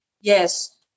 Yes